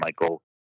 Michael